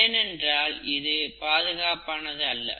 ஏனென்றால் இது பாதுகாப்பானது அல்ல